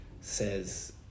says